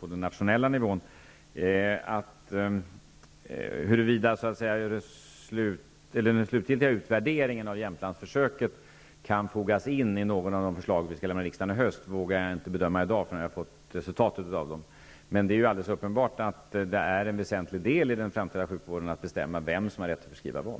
på nationell nivå. Huruvida den statliga utvärderingen av Jämtlandsförsöket på något sätt kan fogas in i de förslag som vi skall avlämna till riksdagen i höst vågar jag inte säga i dag. Men alldeles uppenbart är det en väsentlig del i den svenska sjukvården att bestämma vem som har rätt att förskriva vad.